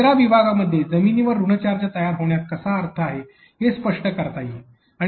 तिसऱ्या विभागामध्ये जमिनीवर ऋण चार्ज तयार होण्यात कसा अर्थ आहे हे स्पष्ट करता येईल